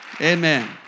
Amen